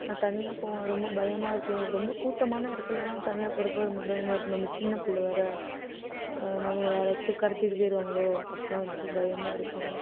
நான் தனியாக போவேன் ரொம்ப பயமாக இருக்கும் ரொம்ப கூட்டமான இடத்துலலாம் தனியாக போகிறப்ப ரொம்ப பயமாக இருக்கும் நம்ம சின்ன பிள்ள வேற நம்மளை யாராச்சும் கடத்திகிட்டு போய்டுவாங்களோ அப்பிடில்லாம் வந்துட்டு பயமாக இருக்கும்